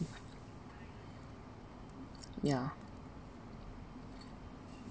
ya